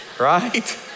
right